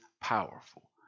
powerful